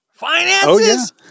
finances